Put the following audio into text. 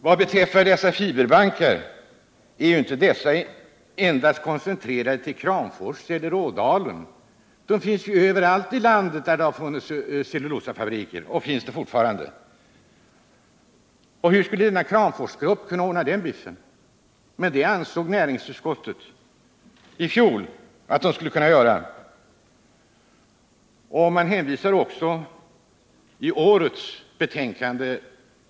Vad beträffar dessa fiberbankar är sådana inte koncentrerade endast till Kramfors eller Ådalen, utan de finns överallt i landet där det funnits cellulosafabriker. Mot den bakgrunden är det ju självklart att Kramforsgruppen inte hade möjligheter att komma fram till några konkreta resultat. Det ansåg emellertid näringsutskottet i fjol, och man hänvisar till samma sak i årets utskottsbetänkande.